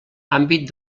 àmbit